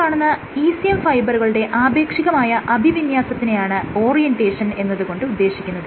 ഈ കാണുന്ന ECM ഫൈബറുകളുടെ ആപേക്ഷികമായ അഭിവിന്യാസത്തിനെയാണ് ഓറിയെന്റേഷൻ എന്നത് കൊണ്ട് ഉദ്ദേശിക്കുന്നത്